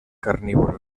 carnívoros